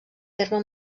terme